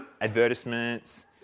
advertisements